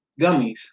Gummies